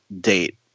date